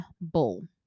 bull